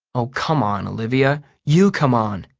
oh come on, olivia. you come on!